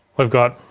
we've got,